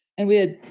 and we had,